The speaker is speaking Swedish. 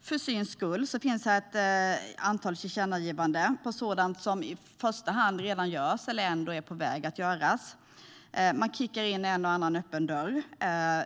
För syns skull finns det antal tillkännagivanden, i första hand om sådant som vi redan gör eller som är på väg att göras. Man slår in en eller annan öppen dörr.